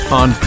on